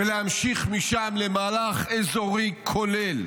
ולהמשיך משם למהלך אזורי כולל.